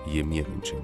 jie miegančiam